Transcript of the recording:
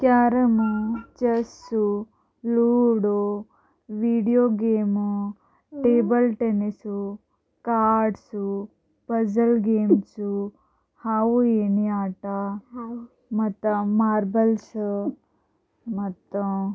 carrom chess ludo video game table tennis cards puzzle games ಹಾವು ಏಣಿ ಆಟ ಮತ್ತು ಮಾರ್ಬಲ್ಸ ಮತ್ತು